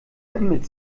mit